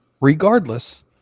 Regardless